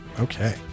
Okay